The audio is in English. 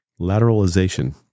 Lateralization